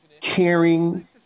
caring